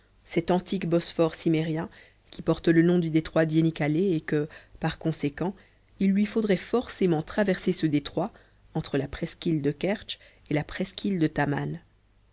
cet antique bosphore cimmérien qui porte le nom de détroit d'iénikalé et que par conséquent il lui faudrait forcément traverser ce détroit entre la presqu'île de kertsch et la presqu'île de taman